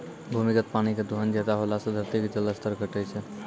भूमिगत पानी के दोहन ज्यादा होला से धरती के जल स्तर घटै छै